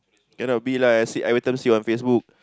cannot be lah I see every time see on Facebook